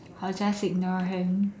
I'll just ignore him